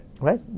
Right